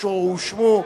אשר הואשמו,